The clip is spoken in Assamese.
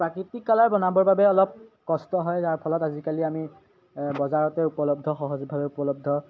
প্ৰাকৃতিক কালাৰ বনাবৰ বাবে অলপ কষ্ট হয় যাৰ ফলত আজিকালি আমি বজাৰতে উপলব্ধ সহজভাৱে উপলব্ধ